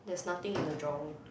there's nothing in the drawer